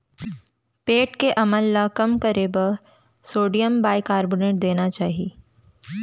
पेट के अम्ल ल कम करे बर सोडियम बाइकारबोनेट देना चाही